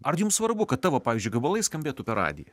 ar jums svarbu kad tavo pavyzdžiui gabalai skambėtų per radiją